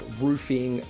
roofing